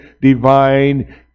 divine